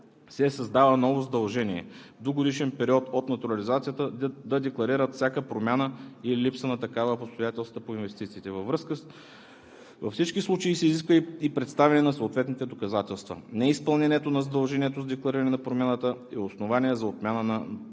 се създава ново задължение – в двугодишен период от натурализацията да декларират всяка промяна или липса на такава по обстоятелствата по инвестициите. Във всички случаи се изисква и представяне на съответните доказателства. Неизпълнението на задължението с деклариране на промяната е основание за отмяна на